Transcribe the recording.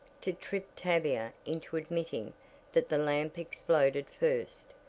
to trip tavia into admitting that the lamp exploded first,